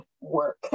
Work